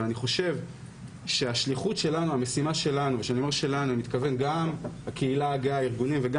אבל אני חושב שהשליחות והמשימה שלנו - גם ארגוני הקהילה הגאה וגם